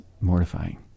mortifying